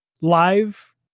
live